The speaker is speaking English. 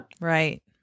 Right